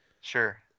Sure